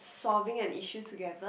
solving an issue together